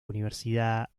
universidad